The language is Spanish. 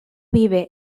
vive